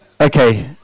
Okay